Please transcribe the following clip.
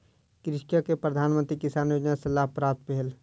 कृषक के प्रधान मंत्री किसान योजना सॅ लाभ प्राप्त भेल